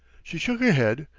she shook her head,